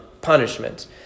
punishment